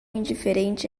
indiferente